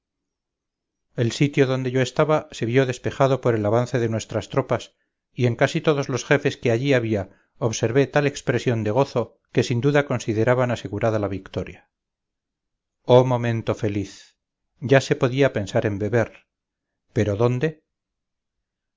el sitio donde yo estaba se vio despejado por el avance de nuestras tropas y en casi todos los jefes que allí había observétal expresión de gozo que sin duda consideraban asegurada la victoria oh momento feliz ya se podía pensar en beber pero dónde